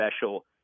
special